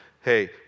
Hey